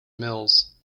mills